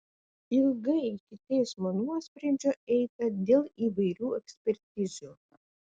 ilgai iki teismo nuosprendžio eita dėl įvairių ekspertizių